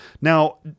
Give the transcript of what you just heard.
now